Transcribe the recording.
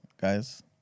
guys